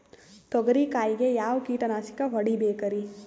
ತೊಗರಿ ಕಾಯಿಗೆ ಯಾವ ಕೀಟನಾಶಕ ಹೊಡಿಬೇಕರಿ?